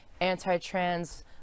anti-trans